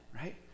right